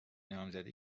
نامزدی